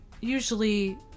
Usually